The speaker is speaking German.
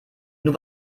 nur